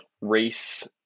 race